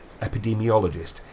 epidemiologist